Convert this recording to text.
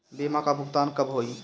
बीमा का भुगतान कब होइ?